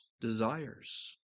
desires